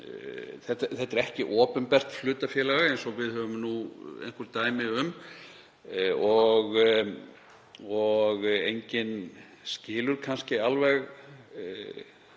Þetta er ekki opinbert hlutafélag eins og við höfum einhver dæmi um og enginn skilur kannski alveg